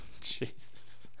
Jesus